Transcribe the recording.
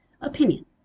Opinion